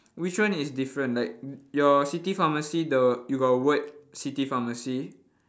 which one is different like y~ your city pharmacy the you got word city pharmacy